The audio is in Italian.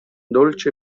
dolce